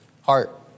heart